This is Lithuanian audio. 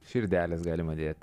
širdeles galima dėti